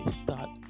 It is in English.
start